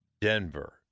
Denver